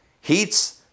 heats